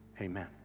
amen